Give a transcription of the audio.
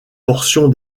portions